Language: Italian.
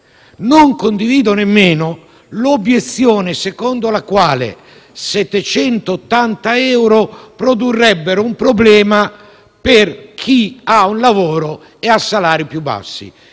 non condivido nemmeno l'obiezione secondo la quale un reddito di 780 euro produrrebbe un problema per chi ha un lavoro e ha salari più bassi.